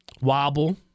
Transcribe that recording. Wobble